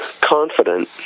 confident